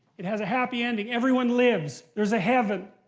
it has a happy ending. everyone lives. there's a heaven.